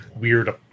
weird